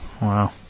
Wow